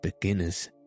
beginners